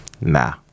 nah